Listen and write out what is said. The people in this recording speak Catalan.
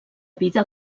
vida